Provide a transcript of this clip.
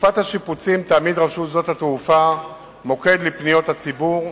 בתקופת השיפוצים תעמיד רשות שדות התעופה מוקד לפניות הציבור,